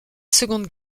seconde